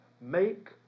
make